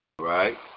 Right